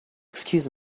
excuse